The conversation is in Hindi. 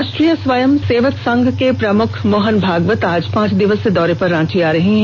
राष्ट्रीय स्वयं संघ के प्रमुख मोहन भागवत आज पांच दिवसीय दौरे पर रांची आ रहे हैं